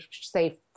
say